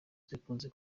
zikunze